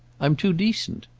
i'm too decent.